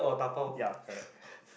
yeah correct